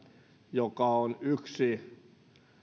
joka on yksi